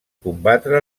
combatre